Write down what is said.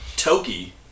Toki